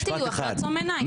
זה טיוח, לעצום עיניים.